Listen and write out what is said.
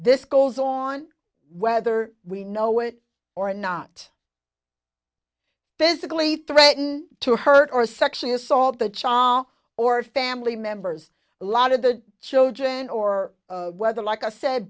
this goes on whether we know it or not physically threaten to hurt or sexually assault the channel or family members a lot of the children or whether like i said